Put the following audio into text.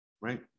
right